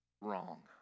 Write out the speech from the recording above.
wrong